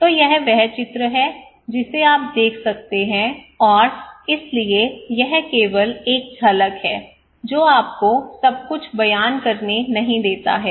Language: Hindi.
तो यह वह चित्र है जिसे आप देख सकते हैं और इसलिए यह केवल एक झलक है जो आपको सब कुछ बयान करने नहीं देता है